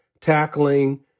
tackling